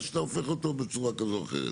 שאתה הופך אותו בצורה כזו או אחרת.